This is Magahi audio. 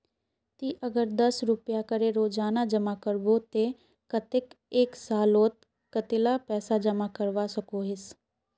ती अगर दस रुपया करे रोजाना जमा करबो ते कतेक एक सालोत कतेला पैसा जमा करवा सकोहिस?